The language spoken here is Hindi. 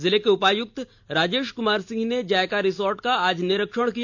जिले के उपायुक्त राजेश कुमार सिंह ने जायका रिसोर्ट का आज निरीक्षण किया